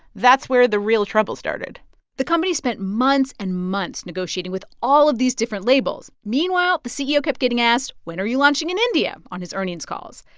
that's where the real trouble started the company spent months and months negotiating with all of these different labels. meanwhile, the ceo kept getting asked, when are you launching in india, on his earnings calls.